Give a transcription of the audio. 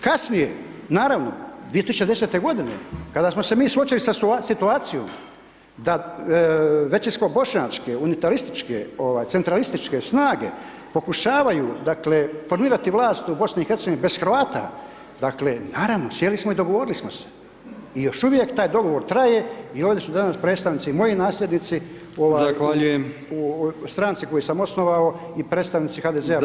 Kasnije, naravno, … kada smo se vi suočili sa situacijom da većinsko bošnjačke, unitarističke, centralističke snage pokušavaju dakle, formirati vlast u BIH bez Hrvata, dakle, naravno sjeli smo i dogovorili smo se i još uvijek taj dogovor traje i ovdje su danas predstavnici, moji nasljednici u stranci koju sam osnovao i predstavnici HDZ-a BIH,